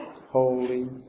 holy